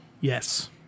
Yes